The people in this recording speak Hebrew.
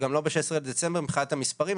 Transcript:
גם לא ב-16 בדצמבר, מבחינת המספרים.